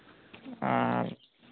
ᱟᱨ